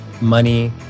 money